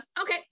okay